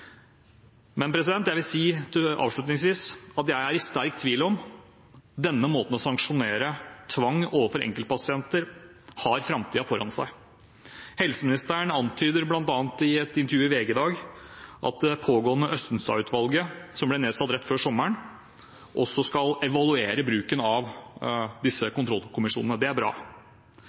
jeg si at jeg er i sterk tvil om denne måten å sanksjonere tvang overfor enkeltpasienter på har framtiden foran seg. Helseministeren antyder bl.a. i et intervju i VG i dag at det pågående Østenstad-utvalget, som ble nedsatt rett før sommeren, også skal evaluere bruken av disse kontrollkommisjonene. Det er bra.